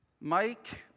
Mike